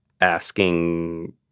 asking